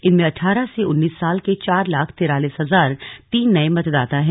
इनमें अठारह से उन्नीस साल के चार लाख तिरालिस हजार तीन नए मतदाता हैं